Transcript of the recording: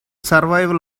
survival